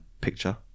picture